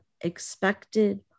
expected